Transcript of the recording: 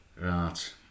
Right